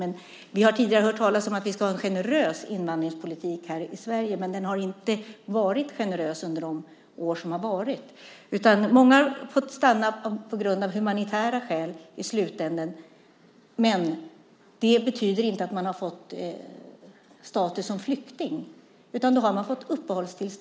Men vi har tidigare hört talas om att vi ska ha en generös invandringspolitik i Sverige, men den har inte varit generös under de år som har varit. Många har i slutändan fått stanna av humanitära skäl, men det betyder inte att de har fått status som flykting, utan de har då fått uppehållstillstånd.